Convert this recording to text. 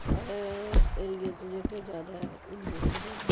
साढ़े ऐरिये च जेह्के ज्यादा हिन्दू रौंह्दे